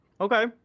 okay